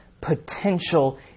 potential